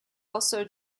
also